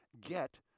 get